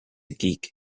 geek